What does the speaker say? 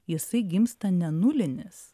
jisai gimsta ne nulinis